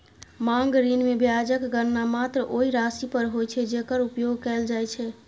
मांग ऋण मे ब्याजक गणना मात्र ओइ राशि पर होइ छै, जेकर उपयोग कैल जाइ छै